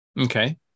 Okay